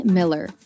Miller